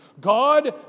God